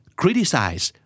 criticize